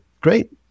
great